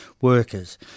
workers